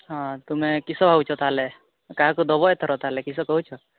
ହଁ ତୁମେ କିସ ଭାବୁଛ ତାହାଲେ କାହାକୁ ଦେବ ଏଥର ତାହାଲେ କିସ କହୁଛ